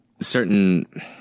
certain